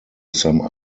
some